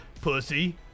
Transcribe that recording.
Pussy